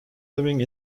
living